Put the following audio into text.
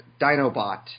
Dinobot